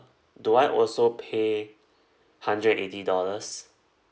do I also pay hundred and eighty dollars